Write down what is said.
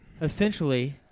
Essentially